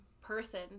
person